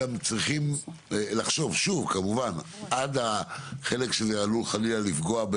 גם צריכים לחשוב שוב כמובן עד החלק שזה עלול לפגוע,